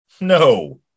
No